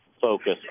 focus